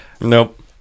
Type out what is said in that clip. Nope